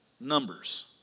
Numbers